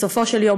בסופו של יום,